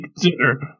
dinner